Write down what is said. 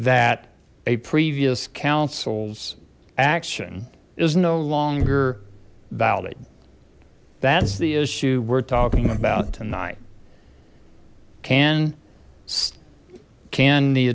that a previous councils action is no longer valid that's the issue we're talking about tonight can can